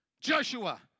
Joshua